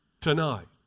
tonight